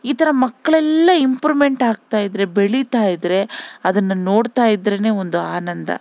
ಈ ಥರ ಮಕ್ಕಳೆಲ್ಲ ಇಂಪ್ರೂವ್ಮೆಂಟ್ ಆಗ್ತಾ ಇದ್ದರೆ ಬೆಳಿತಾ ಇದ್ದರೆ ಅದನ್ನು ನೋಡ್ತಾ ಇದ್ರೆ ಒಂದು ಆನಂದ